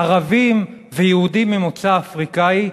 ערבים ויהודים ממוצא אפריקאי,